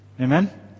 Amen